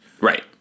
Right